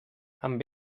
amb